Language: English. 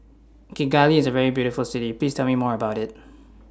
Kigali IS A very beautiful City Please Tell Me More about IT